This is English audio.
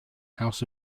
house